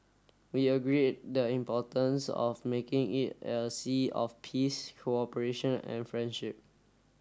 we agreed the importance of making it a sea of peace cooperation and friendship